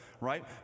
right